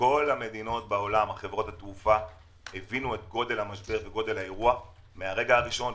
בכל המדינות הבינו את גודל האירוע מהרגע הראשון.